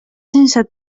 sense